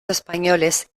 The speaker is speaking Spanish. españoles